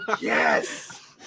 Yes